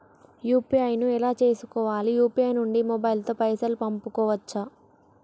UPI ను ఎలా చేస్కోవాలి యూ.పీ.ఐ నుండి మొబైల్ తో పైసల్ పంపుకోవచ్చా?